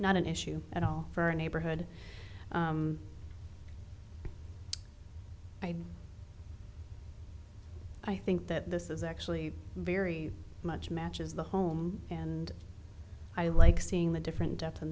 not an issue at all for our neighborhood i think that this is actually very much matches the home and i like seeing the different depth in